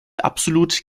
absolut